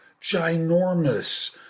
ginormous